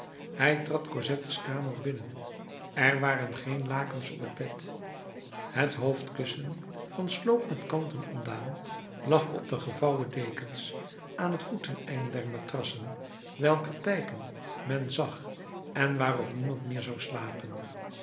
hij trad cosettes kamer binnen er waren geen lakens op het bed het hoofdkussen van sloop met kanten ontdaan lag op de gevouwen dekens aan het voeteneinde der matrassen welker tijken men zag en waarop niemand meer zou slapen